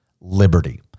liberty